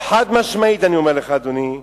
חד-משמעית אני אומר לך, אדוני: